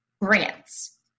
grants